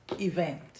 event